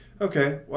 okay